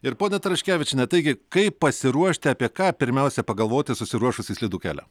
ir pone taraškevičiene taigi kaip pasiruošti apie ką pirmiausia pagalvoti susiruošus į slidų kelią